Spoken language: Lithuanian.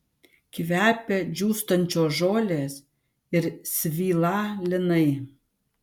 kvepia džiūstančios žolės ir svylą linai